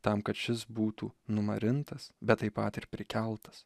tam kad šis būtų numarintas bet taip pat ir prikeltas